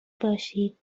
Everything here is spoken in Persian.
باشید